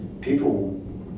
people